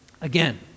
again